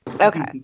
Okay